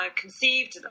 conceived